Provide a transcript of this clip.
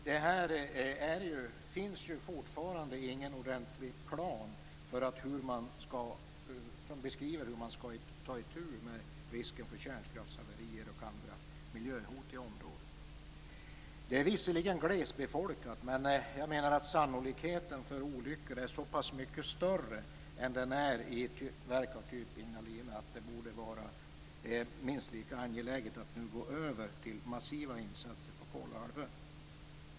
Det finns fortfarande ingen ordentlig plan som beskriver hur man skall ta itu med risken för kärnkraftshaverier och andra miljöhot i området. Det är visserligen glesbefolkat, men jag menar att sannolikheten för olyckor är så pass mycket större än den är i ett verk av Ignalinas typ att det borde vara minst lika angeläget att nu gå över till massiva insatser på Kolahalvön.